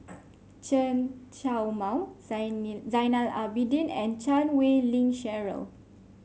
Chen Show Mao Zainal Abidin and Chan Wei Ling Cheryl